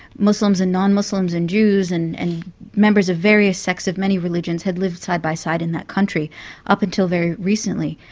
muslims and non-muslims and jews and and members of various sects of many religions have lived side by side in that country up until very recently,